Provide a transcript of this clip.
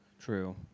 True